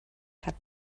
hat